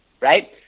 right